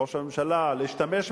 לראש הממשלה, להשתמש בך,